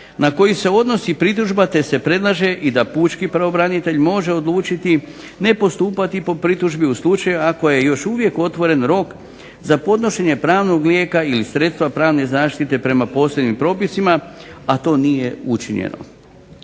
na koji se odnosi pritužba te se predlaže i da pučki pravobranitelj može odlučiti nepostupati po pritužbi u slučaju ako je još uvijek otvoren rok za podnošenje pravnog lijeka ili sredstva pravne zaštite prema posebnim propisima, a to nije učinjeno.